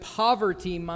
poverty